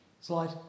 Slide